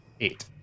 eight